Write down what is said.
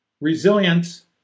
resilience